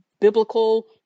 biblical